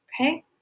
okay